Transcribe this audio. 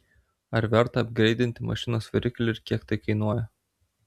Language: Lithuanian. ar verta apgreidinti mašinos variklį ir kiek tai kainuoja